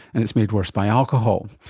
and it's made worse by alcohol.